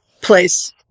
place